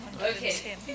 Okay